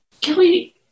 Kelly